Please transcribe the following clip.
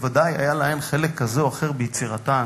בוודאי היה לו חלק כזה או אחר ביצירתן,